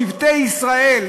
שבטי ישראל.